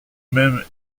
même